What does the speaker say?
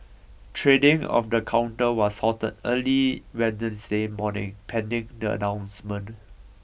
trading of the counter was halted early Wednesday morning pending the announcement